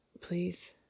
please